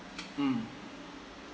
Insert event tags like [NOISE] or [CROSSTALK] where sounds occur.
[NOISE] mm